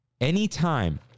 Anytime